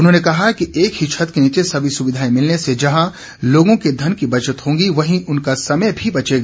उन्होंने कहा कि एक ही छत्त के नीचे सभी सुविधाएं मिलने से जहां लोगों के धन की बचत होगी वहीं उनका समय भी बचेगा